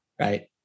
Right